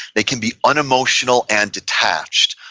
they can be unemotional and detached,